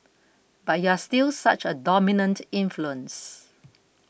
but you're still such a dominant influence